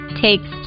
Takes